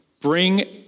bring